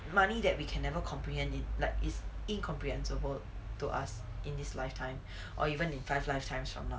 money that we can never comprehend it like is incomprehensible to us in this lifetime or even in five lifetimes from now